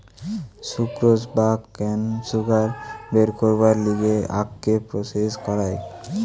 sucrose বা cane sugar বের করবার লিগে আখকে প্রসেস করায়